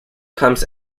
comes